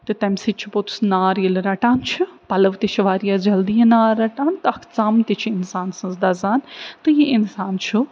تہٕ تٔمۍ سۭتۍ چھُ پوٚتُس نار ییٚلہِ رٹان چھُ پَلَو تہِ چھِ واریاہ جلدی یہِ نار رٹان تہٕ اَکھ ژَم تہِ چھِ اِنسان سٕنٛز دَزان تہٕ یہِ اِنسان چھُ